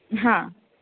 हां